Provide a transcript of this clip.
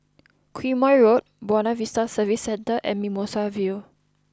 Quemoy Road Buona Vista Service Centre and Mimosa View